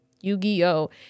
Yu-Gi-Oh